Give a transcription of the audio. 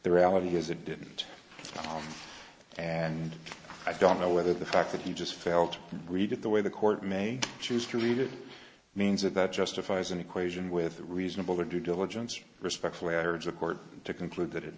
the reality is it didn't and i don't know whether the fact that you just felt read it the way the court may choose to read it means that that justifies an equation with reasonable or due diligence or respectfully i urge the court to conclude that it